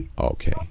okay